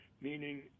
meaning